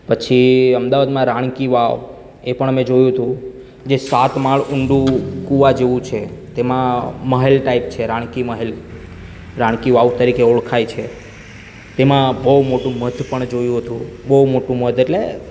પછી અમદાવાદમાં રાણકી વાવ એ પણ અમે જોયું હતું જે સાત માળ ઊંડું કુવા જેવું છે તેમાં મહેલ ટાઈપ છે રાણકી મહેલ રાણકી વાવ તરીકે ઓળખાય છે તેમાં બહુ મોટું મધ પણ જોયું હતું બહુ મોટું મધ એટલે